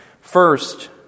First